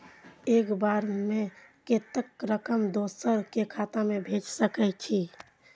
एक बार में कतेक रकम दोसर के खाता में भेज सकेछी?